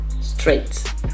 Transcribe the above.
straight